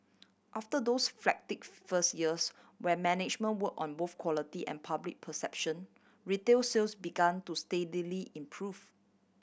after those frantic first years when management work on both quality and public perception retail sales began to steadily improve